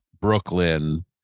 Brooklyn